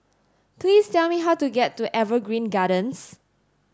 please tell me how to get to Evergreen Gardens